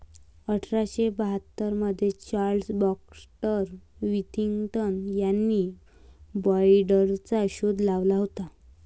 अठरा शे बाहत्तर मध्ये चार्ल्स बॅक्स्टर विथिंग्टन यांनी बाईंडरचा शोध लावला होता